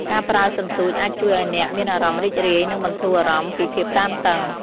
ការប្រើសន្ទូចអាចជួយឲ្យអ្នកមានអារម្មណ៍រីករាយ និងបន្ធូរអារម្មណ៍ពីភាពតានតឹង។